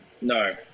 no